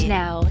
now